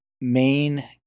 main